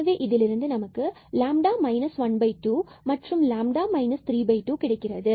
எனவே இதிலிருந்து நமக்கு λ 12 32 கிடைக்கிறது